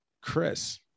Chris